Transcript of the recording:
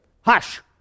Hush